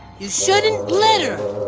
you shouldn't litter!